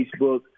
Facebook